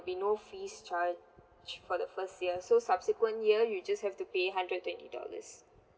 be no fees charged for the first year so subsequent year you just have to pay hundred twenty dollars